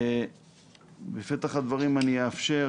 בפתח הדברים אני אאפשר